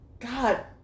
God